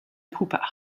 pupa